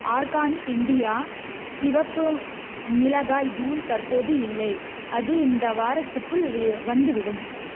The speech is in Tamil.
ஆர்கானிக் இண்டியா சிவப்பு மிளகாய் தூள் தற்போது இல்லை அது இந்த வாரத்துக்குள் வந்துவிடும்